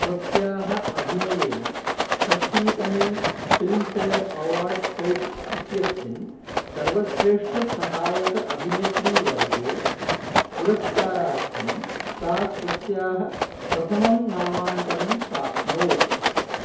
स्वस्याः अभिनयेन षष्टितमे फ़िल्म् फ़ेर् अवार्ड्स् सौत् इत्यस्मिन् सर्वश्रेष्ठसहायक अभिनेत्रीवर्गे पुरस्कारार्थं सा स्वस्याः प्रथमं नामाङ्कनं प्राप्नोत्